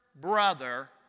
brother